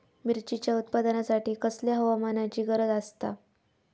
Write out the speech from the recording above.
मिरचीच्या उत्पादनासाठी कसल्या हवामानाची गरज आसता?